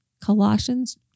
Colossians